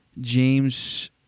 James